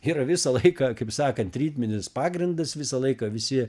ir visą laiką kaip sakant ritminis pagrindas visą laiką visi